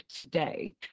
today